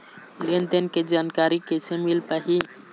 लेन देन के जानकारी कैसे मिल पाही?